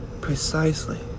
precisely